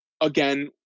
again